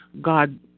God